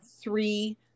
three